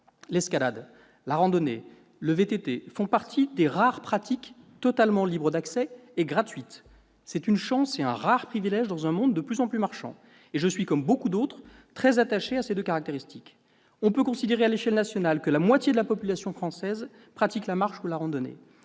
L'escalade, la randonnée et le VTT font partie des rares pratiques totalement libres d'accès et gratuites. C'est une chance et un rare privilège dans un monde de plus en plus marchand et je suis, comme beaucoup d'autres, très attaché à ces deux caractéristiques. On peut considérer à l'échelle nationale que la moitié de la population française pratique la marche ou la randonnée.